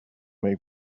make